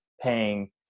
paying